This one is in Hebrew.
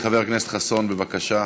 חבר הכנסת חסון, בבקשה.